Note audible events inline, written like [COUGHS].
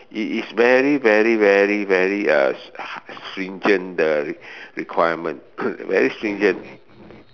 it is very very very very uh stringent the requirement [COUGHS] very stringent